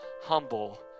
humble